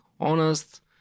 honest